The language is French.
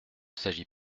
s’agit